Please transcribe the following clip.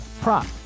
prop